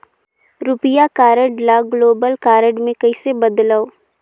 रुपिया कारड ल global card मे कइसे बदलव?